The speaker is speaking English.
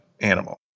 animal